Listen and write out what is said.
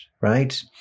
Right